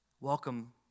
Welcome